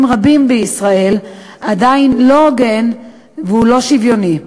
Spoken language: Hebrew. רבים בישראל עדיין לא הוגן ולא שוויוני.